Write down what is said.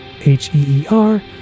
H-E-E-R